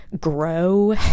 grow